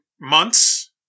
months